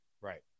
Right